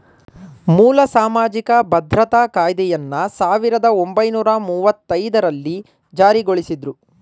ಮೂಲ ಸಾಮಾಜಿಕ ಭದ್ರತಾ ಕಾಯ್ದೆಯನ್ನ ಸಾವಿರದ ಒಂಬೈನೂರ ಮುವ್ವತ್ತಐದು ರಲ್ಲಿ ಜಾರಿಗೊಳಿಸಿದ್ರು